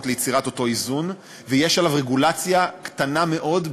ליצירת אותו איזון ויש עליו רגולציה קטנה מאוד,